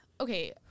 okay